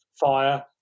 fire